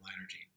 energy